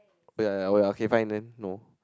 oh ya ya oh okay fine then no